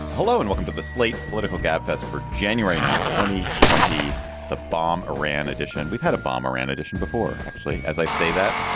hello and welcome to the slate political gabfest for january ninth twenty. the bomb iran edition. we've had a bomb iran edition before. actually, as i say that,